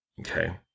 Okay